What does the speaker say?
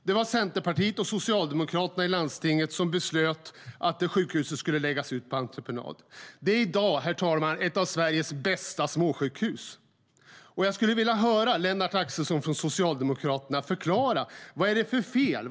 Det var Centerpartiet och Socialdemokraterna i landstinget som beslutade att sjukhuset skulle läggas ut på entreprenad. Det är i dag ett av Sveriges bästa småsjukhus. Jag vill höra Lennart Axelsson från Socialdemokraterna förklara varför det är fel.